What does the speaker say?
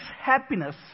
happiness